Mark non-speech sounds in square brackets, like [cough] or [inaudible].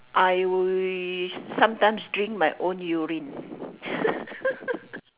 I will sometimes drink my own urine [laughs]